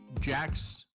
Jax